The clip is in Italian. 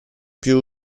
più